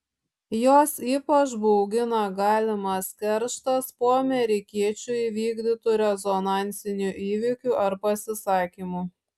juos ypač baugina galimas kerštas po amerikiečių įvykdytų rezonansinių įvykių ar pasisakymų